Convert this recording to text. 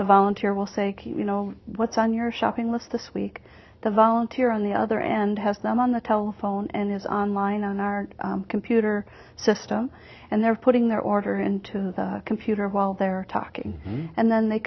the volunteer will say you know what's on your shopping list this week the volunteer on the other end has them on the telephone and is on line on our computer system and they're putting their order into the computer while they're talking and then they